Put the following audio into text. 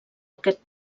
aquest